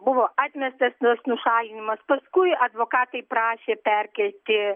buvo atmestas nušalinimas paskui advokatai prašė perkelti